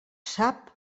sap